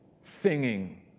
singing